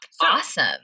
Awesome